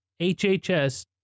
HHS